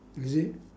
is it